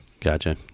gotcha